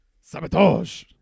Sabotage